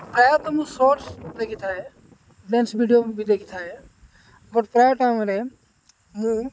ପ୍ରାୟତଃ ମୁଁ ସର୍ଟ୍ସ୍ ଦେଖିଥାଏ ଡେନ୍ସ ଭିଡ଼ିଓ ବି ଦେଖିଥାଏ ବଟ୍ ପ୍ରାୟ ଟାଇମ୍ରେ ମୁଁ